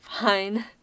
fine